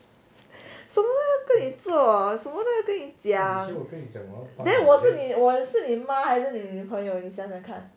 什么都要跟你做什么都要跟你讲 then 我是你妈还是女朋友你想想看